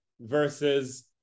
versus